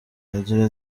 agira